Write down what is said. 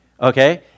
Okay